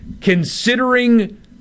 considering